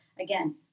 again